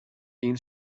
این